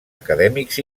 acadèmics